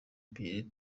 pierre